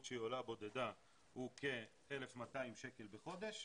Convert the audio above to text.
שהיא עולה בודדה הוא כ-1,200 שקל בחודש,